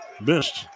missed